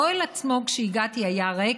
האוהל עצמו, כשהגעתי, היה ריק,